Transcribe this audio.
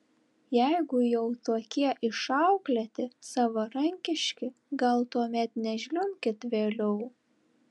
jeigu jau tokie išauklėti savarankiški gal tuomet nežliumbkit vėliau